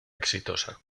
exitosa